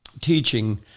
teaching